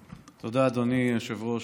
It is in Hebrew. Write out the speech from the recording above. תודה, אדוני היושב-ראש.